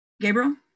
Gabriel